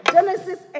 Genesis